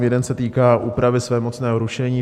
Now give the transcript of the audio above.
Jeden se týká úpravy svémocného rušení.